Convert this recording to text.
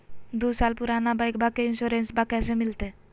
दू साल पुराना बाइकबा के इंसोरेंसबा कैसे मिलते?